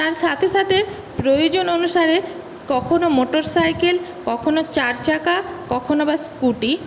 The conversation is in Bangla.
তার সাথে সাথে প্রয়োজন অনুসারে কখনো মোটরসাইকেল কখনো চার চাকা কখনো বা স্কুটি